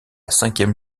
cinquième